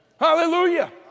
hallelujah